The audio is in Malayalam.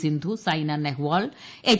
സ്റിന്ധു സൈനാ നെഹ്വാൾ എച്ച്